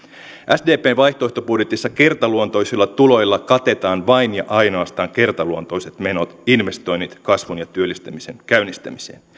sdpn vaihtoehtobudjetissa kertaluontoisilla tuloilla katetaan vain ja ainoastaan kertaluontoiset menot investoinnit kasvun ja työllistämisen käynnistämiseen